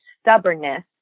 stubbornness